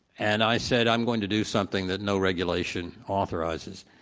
and i said, i'm going to do something that no regulation authorizes.